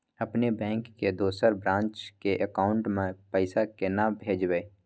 अपने बैंक के दोसर ब्रांच के अकाउंट म पैसा केना भेजबै?